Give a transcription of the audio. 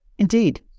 Indeed